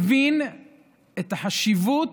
הבין את החשיבות